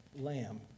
lamb